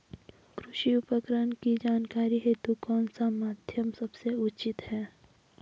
कृषि उपकरण की जानकारी हेतु कौन सा माध्यम सबसे उचित है?